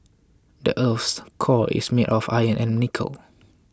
the earth's core is made of iron and nickel